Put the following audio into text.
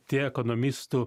tie ekonomistų